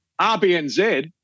RBNZ